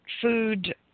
food